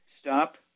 Stop